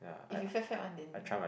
if you fat fat one then